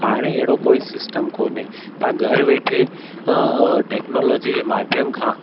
हाणे अहिड़ो कोई सिस्टम कोने तव्हां घर वेठे टेक्नोलॉजी जे माध्यम खां